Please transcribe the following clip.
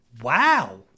Wow